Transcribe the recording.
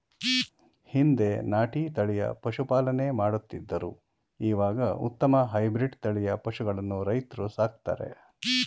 ಹಿಂದೆ ನಾಟಿ ತಳಿಯ ಪಶುಪಾಲನೆ ಮಾಡುತ್ತಿದ್ದರು ಇವಾಗ ಉತ್ತಮ ಹೈಬ್ರಿಡ್ ತಳಿಯ ಪಶುಗಳನ್ನು ರೈತ್ರು ಸಾಕ್ತರೆ